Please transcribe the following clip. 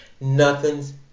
Nothing's